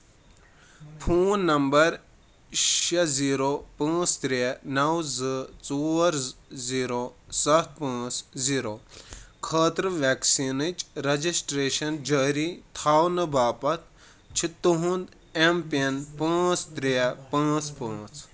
phone number شیٚے zero پانٛژھ ترے نو زٕ ژور زیٖرو سَتھ پانٛژھ زیٖرو خٲطرٕ ویکسیٖنٕچ رجسٹریشن جٲری تھاونہٕ باپتھ چھُ تُہنٛد ایم پِن پانٛژھ ترٛے پانٛژھ پانٛژھ